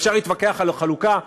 אפשר להתווכח על החלוקה,